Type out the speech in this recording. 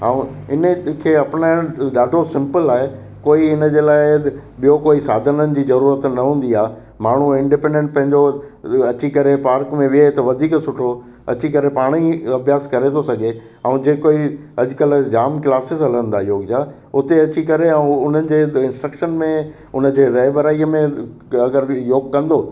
ऐं इन खे अपनाइणु ॾाढो सिंपल आहे कोई इन जे लाइ ॿियो कोई साधननि जी ज़रूरत त हूंदी आ माण्हू इंडिपेंडेंट पंहिंजो अची करे पार्क में वेही त वधीक सुठो अची करे पाण ई अभ्यास करे थो सघे ऐं जेको ही अॼुकल्ह जाम क्लासिस हलनि था योग जा उते अची करे ऐं उन्हनि जे इंस्ट्र्क्शन में उन जे रहबराईअ में अगरि योग कंदो